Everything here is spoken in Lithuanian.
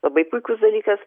labai puikus dalykas